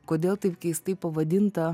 kodėl taip keistai pavadinta